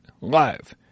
live